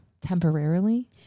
Temporarily